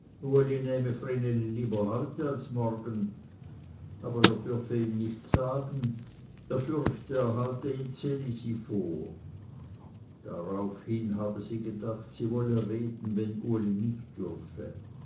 lieber heute als morgen aber er dürfe ihm nichts sagen er fürchte es halte ihm ds elisi vor daraufhin habe sie gedacht sie wolle reden wenn uli nicht dürfe